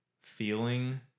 feeling